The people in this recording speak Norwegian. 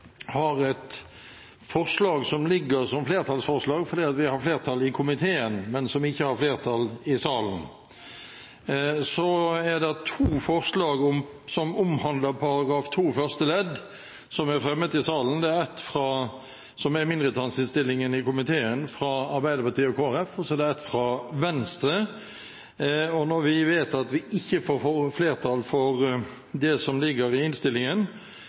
Fremskrittspartiet et forslag til vedtak, fordi vi har flertall i komiteen, men som ikke har flertall i salen. Så er det to forslag som omhandler § 2 første ledd, som er fremmet i salen. Det er et mindretallsforslag i innstillingen, fra Arbeiderpartiet og Kristelig Folkeparti, og det er et forslag fra Venstre. Når vi vet at vi ikke får flertall for komiteens innstilling til § 2 første ledd, velger vi å gå inn for forslag nr. 4 i saken, altså det forslaget som